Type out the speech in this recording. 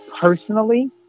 Personally